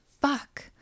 fuck